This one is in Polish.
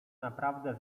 naprawdę